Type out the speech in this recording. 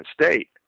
state